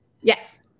Yes